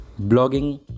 Blogging